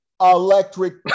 electric